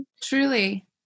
Truly